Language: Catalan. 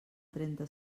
trenta